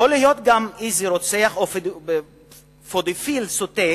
יכול להיות גם איזה רוצח או פדופיל סוטה